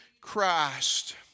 Christ